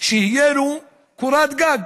שתהיה לו קורת גג.